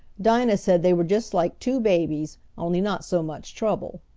dinah said they were just like two babies, only not so much trouble.